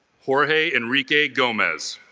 jorge enrique gomez